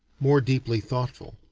more deeply thoughtful.